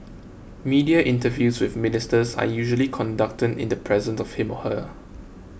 media interviews with Ministers are usually conducted in the presence of him or her